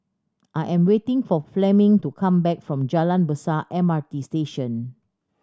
I am waiting for Fleming to come back from Jalan Besar M R T Station